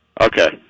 okay